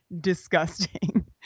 disgusting